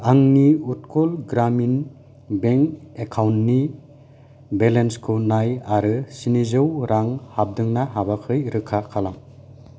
आंनि उटकल ग्रामिन बेंक एकाउन्टनि बेलेन्सखौ नाय आरो स्नि जौ रां हाबदों ना हाबाखै रोखा खालाम